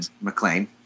McLean